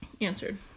answered